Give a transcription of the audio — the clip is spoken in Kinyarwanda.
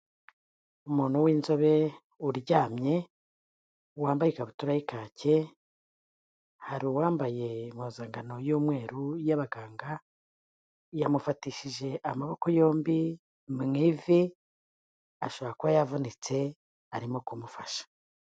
Umuntu w'inzobere uryamye wambaye ikabutura y'ikake, hari uwambaye impuzankano y'umweru y'abaganga yamufatishije amaboko yombi mu ivi, ashobora kuba yavunitse arimo kumufasha.